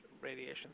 radiation